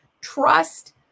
trust